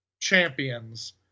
champions